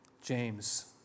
James